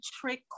trick